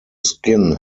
skin